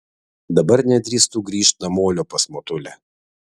dabar nedrįstu grįžt namolio pas motulę